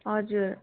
हजुर